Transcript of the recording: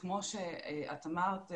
שכמו שאת אמרת,